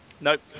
nope